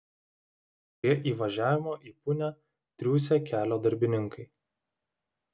prie įvažiavimo į punią triūsė kelio darbininkai